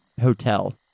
hotel